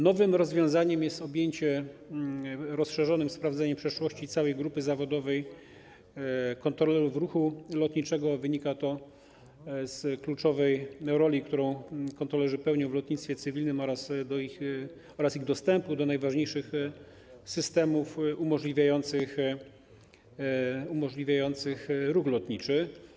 Nowym rozwiązaniem jest objęcie rozszerzonym sprawdzeniem przeszłości całej grupy zawodowej kontrolerów ruchu lotniczego, a wynika to z kluczowej roli, którą kontrolerzy pełnią w lotnictwie cywilnym, oraz ich dostępu do najważniejszych systemów umożliwiających ruch lotniczy.